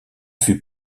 fut